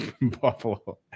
buffalo